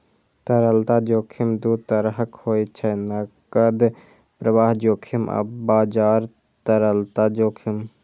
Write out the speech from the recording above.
तरलता जोखिम दू तरहक होइ छै, नकद प्रवाह जोखिम आ बाजार तरलता जोखिम